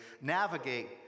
navigate